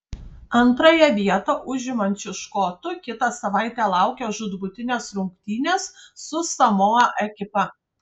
antrąją vietą užimančių škotų kitą savaitę laukią žūtbūtinės rungtynės su samoa ekipa